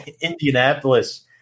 Indianapolis